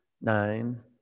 Nine